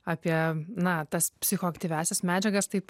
apie na tas psichoaktyviąsias medžiagas taip